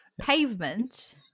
pavement